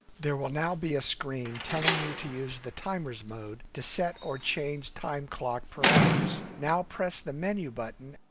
there will now be a screen telling you to use the timer's mode to set or change time clock parameters. now press the menu button.